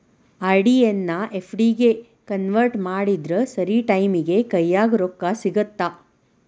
RD ಎನ್ನಾ FD ಗೆ convert ಮಾಡಿದ್ರ ಸರಿ ಟೈಮಿಗಿ ಕೈಯ್ಯಾಗ ರೊಕ್ಕಾ ಸಿಗತ್ತಾ